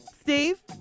steve